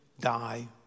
die